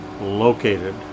located